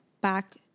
back